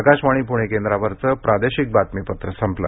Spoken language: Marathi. आकाशवाणी पूणे केंद्रावरचं प्रादेशिक बातमीपत्र संपलं